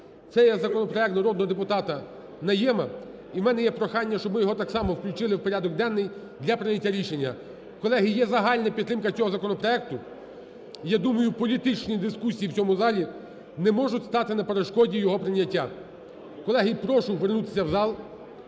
Це є законопроект народний депутата Найєма. І в мене є прохання, щоб ми його так само включили в порядок денний для прийняття рішення. Колеги, є загальна підтримка цього законопроекту. Я думаю, політичні дискусії в цьому залі не можуть стати на перешкоді його прийняття. Колеги, прошу вернутися в зал.